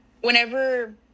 whenever